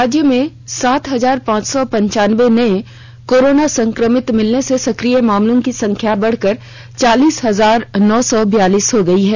राज्य में सात हजार पांच सौ पनचानबे नए कोरोना संक्रमित मिलने से सक्रिय मामलों की संख्या बढ़कर चालीस हजार नौ सौ बयालीस हो गई है